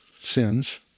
sins